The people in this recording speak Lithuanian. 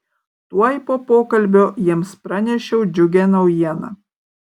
tuoj po pokalbio jiems pranešiau džiugią naujieną